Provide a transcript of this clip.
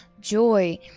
joy